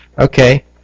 Okay